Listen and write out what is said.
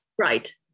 Right